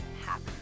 happy